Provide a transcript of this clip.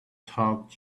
taught